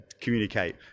communicate